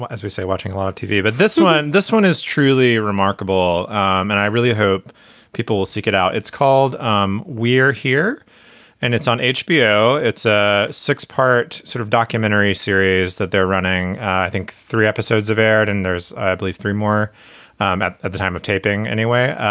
as we say, watching a lot of tv. but this one this one is truly remarkable and i really hope people will seek it out. it's called um we're here and it's on hbo. it's a six part sort of documentary series that they're running, i think three episodes of aired and there's, i i believe, three more um at at the time of taping anyway.